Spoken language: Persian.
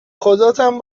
خداتم